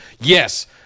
Yes